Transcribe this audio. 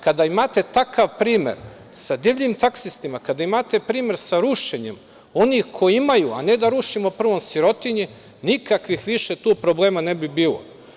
Kada imate takav primer sa divljim taksistima, kada imate primer sa rušenjem onih koji imaju, a ne da rušimo sirotinji, nikakvih više tu problema ne bi bilo.